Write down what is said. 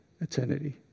eternity